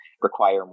require